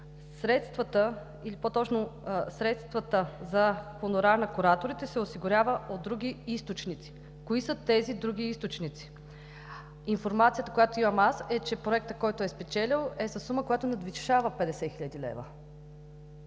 средствата за хонорар на кураторите, се осигуряват от други източници. Кои са тези други източници? Информацията, която имам аз, е, че проектът, който е спечелил, е със сума, която надвишава 50 хил. лв.